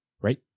Right